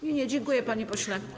Nie, nie, dziękuję, panie pośle.